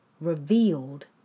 revealed